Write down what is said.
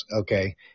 Okay